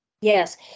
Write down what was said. Yes